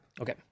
Okay